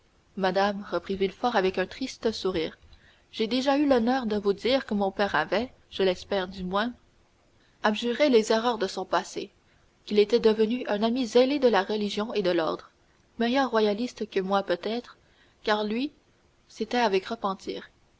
madame reprit villefort avec un triste sourire j'ai déjà eu l'honneur de vous dire que mon père avait je l'espère du moins abjuré les erreurs de son passé qu'il était devenu un ami zélé de la religion et de l'ordre meilleur royaliste que moi peut-être car lui c'était avec repentir